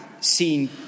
seen